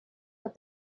but